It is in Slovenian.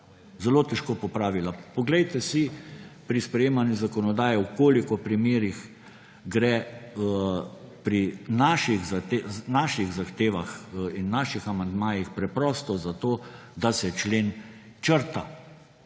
Zelo težko popravila. Poglejte si pri sprejemanju zakonodaje, v koliko primerih gre pri naših zahtevah in naših amandmajih preprosto za to, da se člen črta,